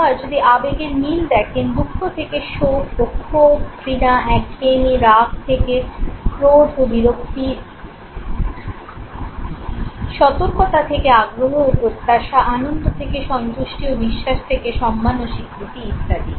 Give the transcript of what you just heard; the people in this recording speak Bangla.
আবার যদি আবেগের মিল দেখেন দুঃখ থেকে শোক ও ক্ষোভ ঘৃণা একঘেয়েমি রাগ থেকে ক্রোধ ও বিরক্তি সতর্কতা থেকে আগ্রহ ও প্রত্যাশা আনন্দ থেকে সন্তুষ্টি ও বিশ্বাস থেকে সম্মান ও স্বীকৃতি ইত্যাদি